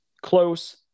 close